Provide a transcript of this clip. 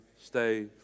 stay